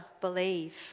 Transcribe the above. believe